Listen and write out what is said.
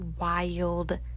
wild